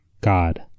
god